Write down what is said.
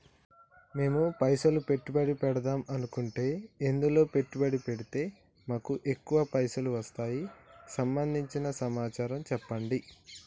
మేము పైసలు పెట్టుబడి పెడదాం అనుకుంటే ఎందులో పెట్టుబడి పెడితే మాకు ఎక్కువ పైసలు వస్తాయి సంబంధించిన సమాచారం చెప్పండి?